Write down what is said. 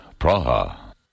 Praha